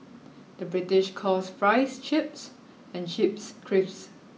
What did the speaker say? the British calls fries chips and chips crisps